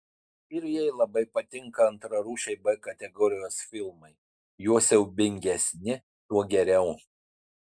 ir jai labai patinka antrarūšiai b kategorijos filmai juo siaubingesni juo geriau